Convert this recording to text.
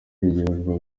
y’igihugu